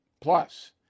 Plus